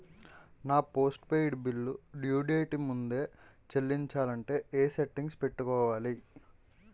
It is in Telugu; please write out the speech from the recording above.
నా post paid bill due date ముందే చెల్లించాలంటే ఎ సెట్టింగ్స్ పెట్టుకోవాలి?